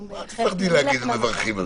אל תפחדי להגיד מברכים על זה.